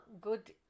good